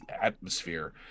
atmosphere